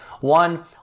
One